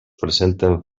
presenten